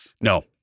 No